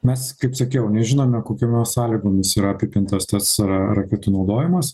mes kaip sakiau nežinome kokiomis sąlygomis yra apipintas tas raketų naudojimas